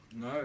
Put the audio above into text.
No